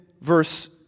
verse